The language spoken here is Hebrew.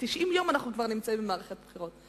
90 יום אנחנו כבר נמצאים במערכת בחירות.